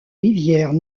rivières